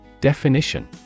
Definition